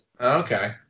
Okay